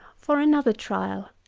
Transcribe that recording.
for another trial,